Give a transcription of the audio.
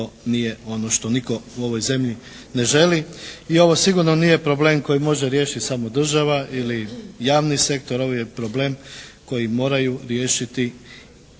to nije ono što nitko u ovoj zemlji ne želi. I ovo sigurno nije problem koji može riješiti samo država ili javni sektor. Ovo je problem koji moraju riješiti